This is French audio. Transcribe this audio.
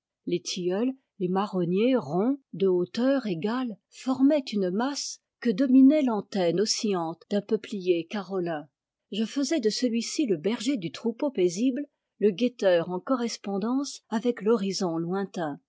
les tilleuls les marronniers ronds de hauteur égale formaient une masse que dominait l'antenne oscillante d'un peuplier carolin je faisais de celui-ci le berger du troupeau paisible le guetteur en correspondance avec l'horizon lointain